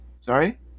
Sorry